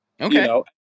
Okay